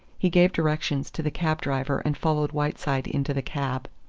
he gave directions to the cab-driver and followed whiteside into the cab.